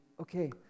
okay